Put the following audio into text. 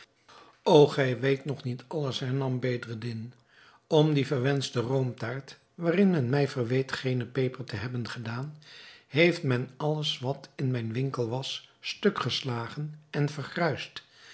o gij weet nog niet alles hernam bedreddin om die verwenschte roomtaart waarin men mij verweet geene peper te hebben gedaan heeft men alles wat in mijn winkel was stuk geslagen en vergruisd